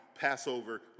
Passover